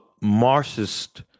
marxist